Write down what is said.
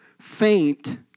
Faint